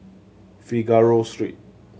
Figaro Street